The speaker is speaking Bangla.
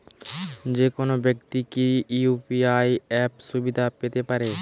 যেকোনো ব্যাক্তি কি ইউ.পি.আই অ্যাপ সুবিধা পেতে পারে?